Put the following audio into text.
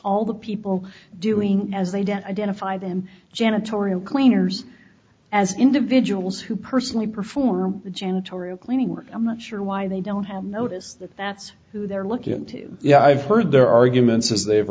all the people doing as they don't identify them janitorial cleaners as individuals who personally perform janitorial cleaning work i'm not sure why they don't have notice that that's who they're looking into yeah i've heard their arguments as they've